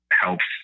helps